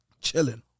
Chilling